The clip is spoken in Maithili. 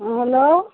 हँ हेलो